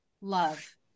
love